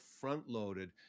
front-loaded